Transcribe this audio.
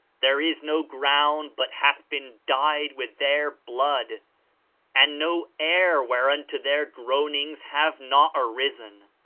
there is no ground but hath been dyed with their blood and no air whereunto their groanings have not arisen!